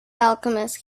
alchemist